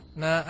na